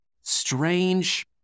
strange